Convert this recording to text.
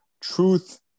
truth